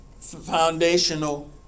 foundational